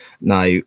now